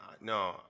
no